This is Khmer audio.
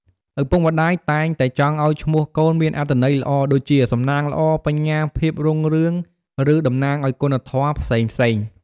ឪពុកម្តាយតែងតែចង់ឲ្យឈ្មោះកូនមានអត្ថន័យល្អដូចជា សំណាងល្អ បញ្ញា ភាពរុងរឿង ឬ តំណាងឲ្យគុណធម៌ផ្សេងៗ។